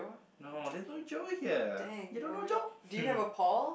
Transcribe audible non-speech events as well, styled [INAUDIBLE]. no this one Joe her you don't know Joe [BREATH]